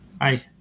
Hi